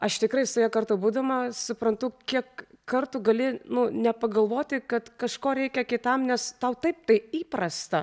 aš tikrai su ja kartu būdama suprantu kiek kartų gali nu nepagalvoti kad kažko reikia kitam nes tau taip tai įprasta